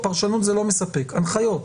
פרשנות זה לא מספק, הנחיות.